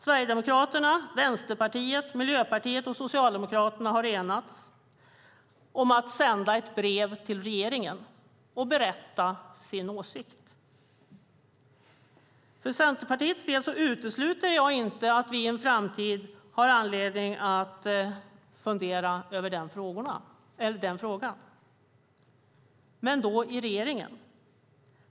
Sverigedemokraterna, Vänsterpartiet, Miljöpartiet och Socialdemokraterna har enats om att sända ett brev till regeringen och berätta om sin åsikt. För Centerpartiets del utesluter jag inte att vi i en framtid har anledning att fundera över den här frågan - men då i regeringen.